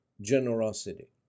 generosity